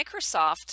Microsoft